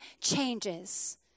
changes